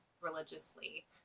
religiously